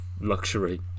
luxury